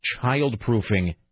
childproofing